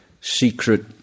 secret